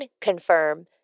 confirm